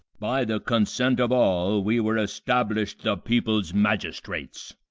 by the consent of all, we were establish'd the people's magistrates.